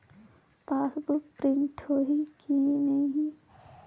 Passbook print होही कि नहीं?